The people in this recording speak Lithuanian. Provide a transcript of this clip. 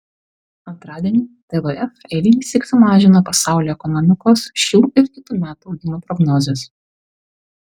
antradienį tvf eilinį sykį sumažino pasaulio ekonomikos šių ir kitų metų augimo prognozes